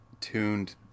tuned